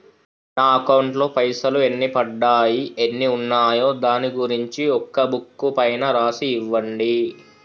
నా అకౌంట్ లో పైసలు ఎన్ని పడ్డాయి ఎన్ని ఉన్నాయో దాని గురించి ఒక బుక్కు పైన రాసి ఇవ్వండి?